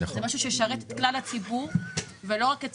זה משהו שישרת את כלל הציבור ולא רק את